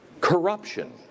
corruption